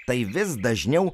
tai vis dažniau